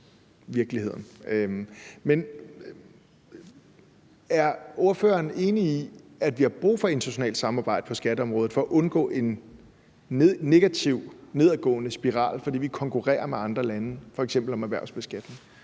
Men er ordføreren enig i, at vi har brug for et internationalt samarbejde på skatteområdet for at undgå en negativ nedadgående spiral, fordi vi konkurrerer med andre lande om f.eks. erhvervsbeskatning?